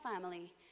family